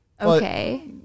okay